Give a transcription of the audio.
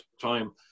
time